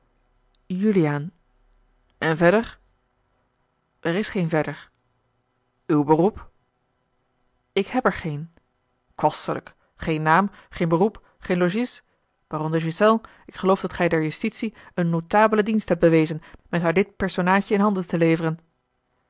juliaan en verder er is geen verder uw beroep ik heb er geen kostelijk geen naam geen beroep geen logies baron de ghiselles ik geloof dat gij der justitie een notabelen dienst hebt a l g bosboom-toussaint de delftsche wonderdokter eel met haar dit personaadje in handen te leveren